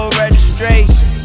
registration